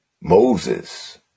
Moses